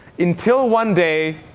until one day,